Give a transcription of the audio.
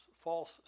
false